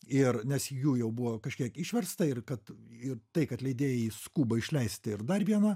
ir nes jų jau buvo kažkiek išversta ir kad ir tai kad leidėjai skuba išleisti ir dar vieną